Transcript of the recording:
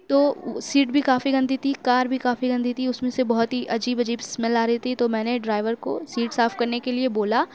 تو سیٹ بھی کافی گندی تھی کار بھی کافی گندی تھی اُس میں سے بہت عجیب عجیب اسمیل آ رہی تھی تو میں نے ڈرائیور کو سِیٹ صاف کرنے کے لیے بولا